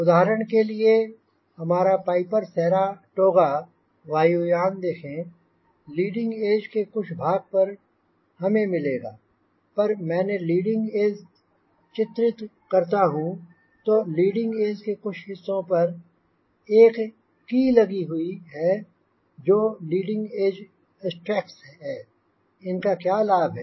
उदाहरण के लिए हमारा पाइपर सैराटोगा वायुयान देखें लीडिंग एज के कुछ भाग पर हमें मिलेगा पर मैंने लीडिंग एज चित्रित करता हूंँ तो लीडिंग एज के कुछ हिस्सों पर एक की लगी हुई है जो लीडिंग एज स्ट्रैक्स है इनका क्या लाभ है